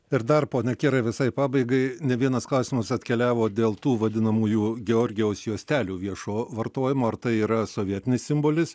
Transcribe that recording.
ir dar pone kirai visai pabaigai ne vienas klausimas atkeliavo dėl tų vadinamųjų georgijaus juostelių viešo vartojimo ar tai yra sovietinis simbolis